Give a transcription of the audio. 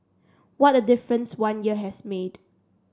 what a difference one year has made